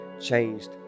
changed